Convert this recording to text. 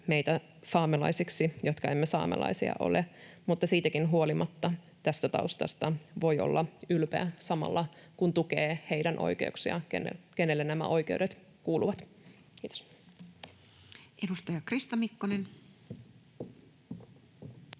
saamelaisiksi meitä, jotka emme saamelaisia ole, mutta siitäkin huolimatta tästä taustasta voi olla ylpeä samalla kun tukee heidän oikeuksiaan, keille nämä oikeudet kuuluvat. — Kiitos! [Speech 79] Speaker: